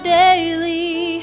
daily